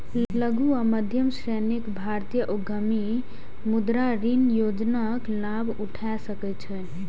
लघु आ मध्यम श्रेणीक भारतीय उद्यमी मुद्रा ऋण योजनाक लाभ उठा सकै छै